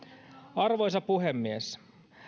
arvoisa puhemies